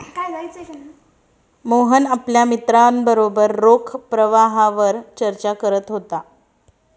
मोहन आपल्या मित्रांबरोबर रोख प्रवाहावर चर्चा करत होता